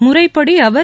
முறைப்படி அவர்